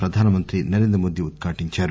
ప్రధానమంత్రి నరేంద్ర మోదీ ఉద్ఘాటించారు